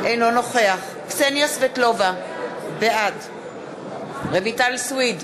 אינו נוכח קסניה סבטלובה, בעד רויטל סויד,